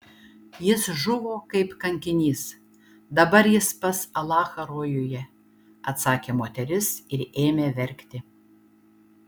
jis žuvo kaip kankinys dabar jis pas alachą rojuje atsakė moteris ir ėmė verkti